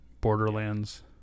Borderlands